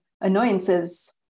annoyances